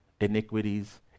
iniquities